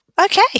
Okay